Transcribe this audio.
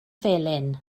felyn